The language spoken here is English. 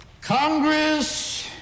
Congress